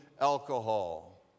alcohol